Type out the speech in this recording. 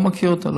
לא מכיר אותו,